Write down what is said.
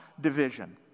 division